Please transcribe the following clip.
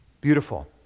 Beautiful